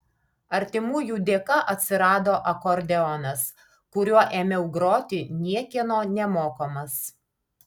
artimųjų dėka atsirado akordeonas kuriuo ėmiau groti niekieno nemokomas